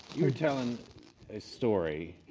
you're telling a story